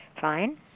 fine